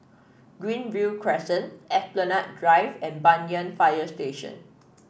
Greenview Crescent Esplanade Drive and Banyan Fire Station